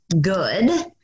good